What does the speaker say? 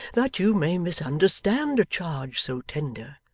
that you may misunderstand a charge so tender?